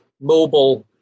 mobile